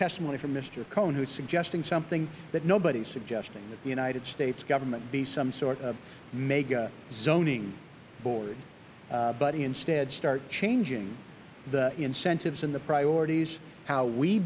testimony from mister cohen who is suggesting something that nobody is suggesting that the united states government be some sort of mega zoning board but instead start changing the incentives and the priorities how we